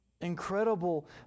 incredible